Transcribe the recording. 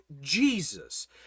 jesus